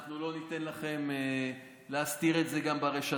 ואנחנו לא ניתן לכם להסתיר את זה גם ברשתות.